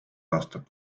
aastat